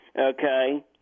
okay